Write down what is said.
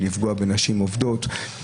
לפגיעה בנשים עובדות,